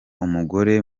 umugore